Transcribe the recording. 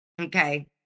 Okay